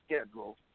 schedule